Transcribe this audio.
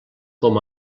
com